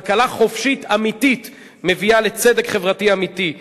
כלכלה חופשית אמיתית מביאה לצדק חברתי אמיתי,